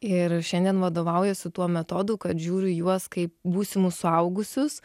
ir šiandien vadovaujuosi tuo metodu kad žiūri į juos kaip būsimus suaugusius